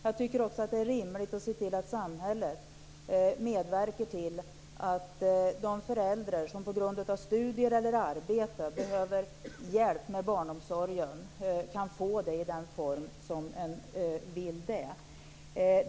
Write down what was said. Jag tycker också att det är rimligt att se till att samhället medverkar till att de föräldrar som på grund av studier eller arbete behöver hjälp med barnomsorgen kan få den hjälpen.